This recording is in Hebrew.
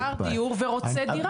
-- חסר דיור ורוצה דירה.